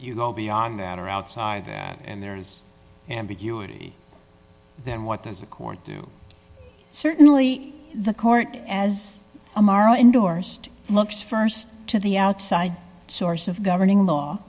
you go beyond that or outside that and there is ambiguity then what does a court do certainly the court as a maro endorsed looks st to the outside source of governing law